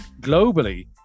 globally